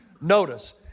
Notice